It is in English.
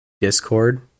discord